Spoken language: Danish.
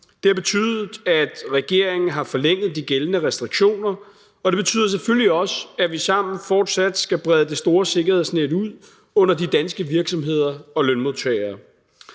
Det har betydet, at regeringen har forlænget de gældende restriktioner, og det betyder selvfølgelig også, at vi sammen fortsat skal brede det store sikkerhedsnet ud under de danske virksomheder og lønmodtagere.